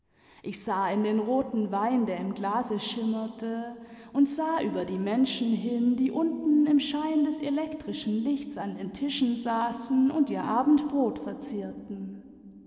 ich sah in den roten wein der im glase schimmerte und sah über die menschen hin die unten im schein des elektrischen lichts an den tischen saßen und ihr abendbrot verzehrten